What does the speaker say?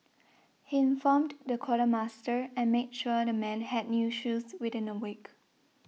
he informed the quartermaster and made sure the men had new shoes within a week